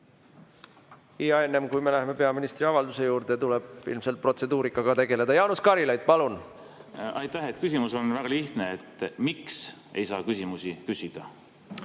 Aga enne, kui me läheme peaministri avalduse juurde, tuleb ilmselt protseduurikaga tegeleda. Jaanus Karilaid, palun! Aitäh! Küsimus on väga lihtne: miks ei saa küsimusi küsida?